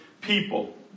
people